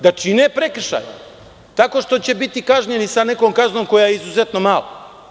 Da čine prekršaje, tako što će biti kažnjeni sa nekom kaznom koja je izuzetno mala?